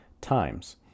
times